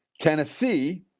Tennessee